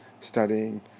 studying